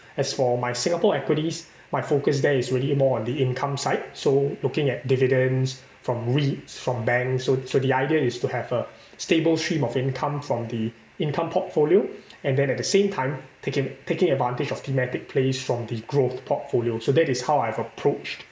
as for my Singapore equities my focus there is really more on the income side so looking at dividends from REITs from banks so so the idea is to have a stable stream of income from the income portfolio and then at the same time taking taking advantage of thematic place from the growth portfolio so that is how I've approached